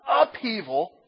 upheaval